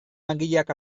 langileak